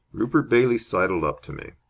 rupert bailey sidled up to me.